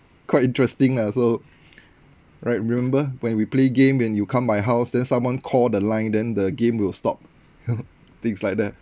quite interesting lah so right remember when we play game when you come my house then someone call the line then the game will stop things like that